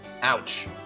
Ouch